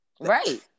Right